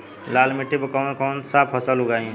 लाल मिट्टी पर कौन कौनसा फसल उगाई?